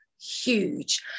huge